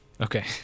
Okay